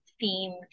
theme